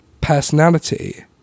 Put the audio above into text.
personality